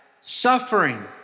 suffering